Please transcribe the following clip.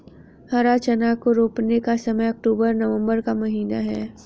हरा चना को रोपने का समय अक्टूबर नवंबर का महीना है